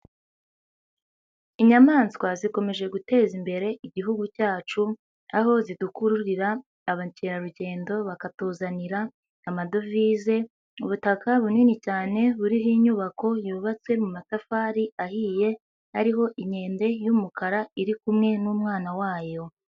Inyamaswa zikomeje guteza imbere Igihugu cyacu, aho zidukururira abakerarugendo bakatuzanira amadovize, ubutaka bunini cyane buriho inyubako yubatswe mu matafari ahiye, ariho inkende y'umukara iri kumwe n'umwana wayo.